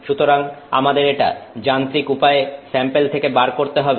সুতরাং আমাদের এটা যান্ত্রিক উপায়ে স্যাম্পেল থেকে বার করতে হবে